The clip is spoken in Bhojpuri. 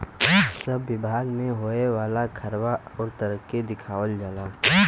सब बिभाग मे होए वाला खर्वा अउर तरक्की दिखावल जाला